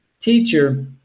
teacher